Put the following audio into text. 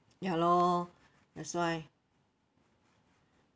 ya lor that's why